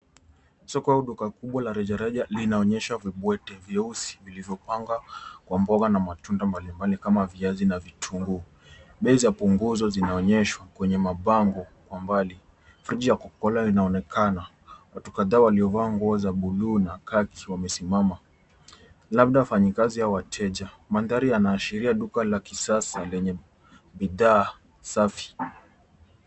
Soko au duka kubwa la rejareja linaonyesha vibwete vyeusi vilivyopangwa kwa mboga na matunda mbalimbali kama viazi na vitunguu. Bei za punguzo zinaonyeshwa kwenye mabango kwa mbali. Friji ya Coca-Cola inaonekana watu kadhaa waliovaa nguo za bluu na kaki wamesimama labda wafanyikazi au wateja. Mandhari yanaashiria duka la kisasa lenye bidaa safi.